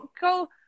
go